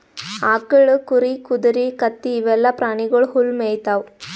ಆಕಳ್, ಕುರಿ, ಕುದರಿ, ಕತ್ತಿ ಇವೆಲ್ಲಾ ಪ್ರಾಣಿಗೊಳ್ ಹುಲ್ಲ್ ಮೇಯ್ತಾವ್